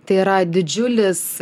tai yra didžiulis